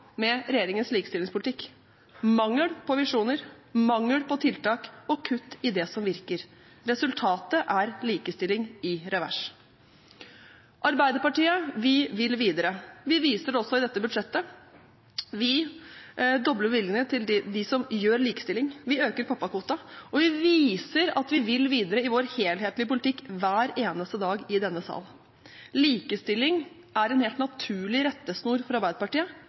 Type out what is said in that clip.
med regjeringens likestillingspolitikk – mangel på visjoner, mangel på tiltak og kutt i det som virker. Resultatet er likestilling i revers. Vi i Arbeiderpartiet vil videre. Vi viser det også i dette budsjettet. Vi dobler bevilgningene til dem som gjør likestilling, vi øker pappakvoten, og vi viser at vi vil videre i vår helhetlige politikk hver eneste dag i denne sal. Likestilling er en helt naturlig rettesnor for Arbeiderpartiet,